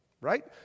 right